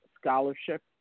scholarship